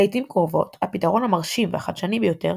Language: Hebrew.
לעיתים קרובות הפתרון המרשים והחדשני ביותר